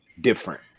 different